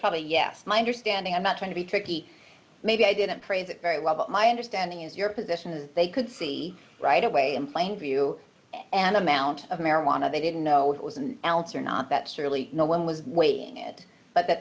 probably yes my understanding i'm not trying to be tricky maybe i didn't phrase it very well but my understanding is your position is that they could see right away in plain view an amount of marijuana they didn't know it was an ounce or not that surely no one was waiting it but that